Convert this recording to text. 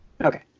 Okay